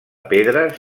pedres